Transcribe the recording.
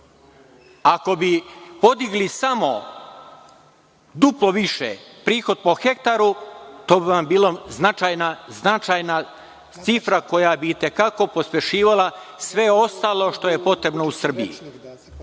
Ako bi podigli samo duplo više prihod po hektaru, to bi vam bila značajna cifra, koja bi itekako pospešivala sve ostalo što je potrebno u Srbiji. Kako